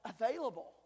available